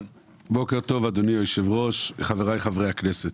טוב אדוני היושב ראש, חבריי חברי הכנסת.